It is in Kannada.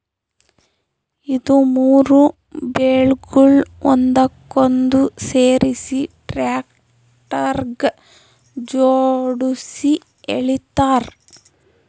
ಇದು ಮೂರು ಬೇಲ್ಗೊಳ್ ಒಂದಕ್ಕೊಂದು ಸೇರಿಸಿ ಟ್ರ್ಯಾಕ್ಟರ್ಗ ಜೋಡುಸಿ ಎಳಿತಾರ್